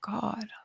God